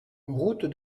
route